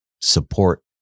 support